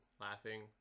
laughing